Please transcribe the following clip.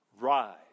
Rise